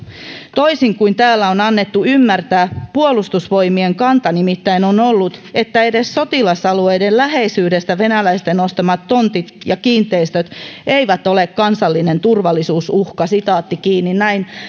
toisin kuin täällä on annettu ymmärtää puolustusvoimien kanta nimittäin on ollut että edes sotilasalueiden läheisyydestä venäläisten ostamat tontit ja kiinteistöt eivät ole kansallinen turvallisuusuhka näin